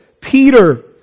Peter